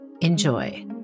Enjoy